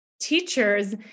teachers